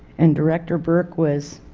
and director burke was,